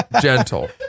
gentle